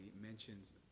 mentions